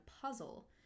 puzzle